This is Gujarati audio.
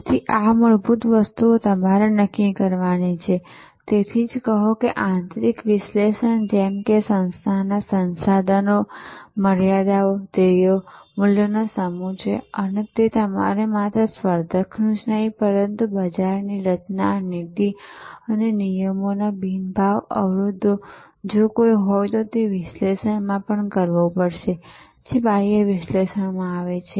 તેથી આ મૂળભૂત વસ્તુઓ તમારે નક્કી કરવાની છે તેથી જ કહો કે આંતરિક વિશ્લેષણ જેમ કે સંસ્થાના સંસાધનો મર્યાદાઓ ધ્યેયો મૂલ્યોનો સમૂહ છે અને તમારે માત્ર સ્પર્ધકનું જ નહીં પરંતુ બજારની રચના નિતિ અને નિયમનો બિન ભાવ અવરોધો જો કોઈ હોય તો તે વિશ્લેષણ પણ કરવુ પડશે જે બાહ્ય વિશ્લેષણમાં આવે છે